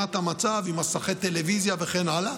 תמונת המצב עם מסכי טלוויזיה וכן הלאה.